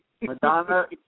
Madonna